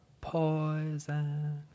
Poison